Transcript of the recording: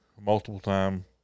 multiple-time